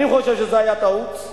אני חושב שזו היתה טעות,